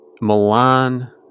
Milan